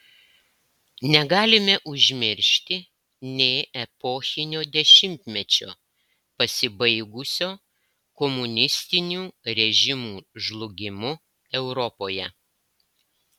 negalime užmiršti nė epochinio dešimtmečio pasibaigusio komunistinių režimų žlugimu europoje